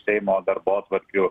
seimo darbotvarkių